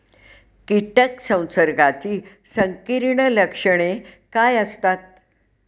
कीटक संसर्गाची संकीर्ण लक्षणे काय असतात?